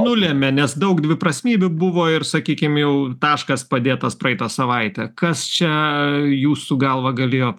nulemia nes daug dviprasmybių buvo ir sakykim jau taškas padėtas praeitą savaitę kas čia jūsų galva galėjo